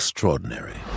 extraordinary